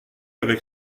avec